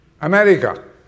America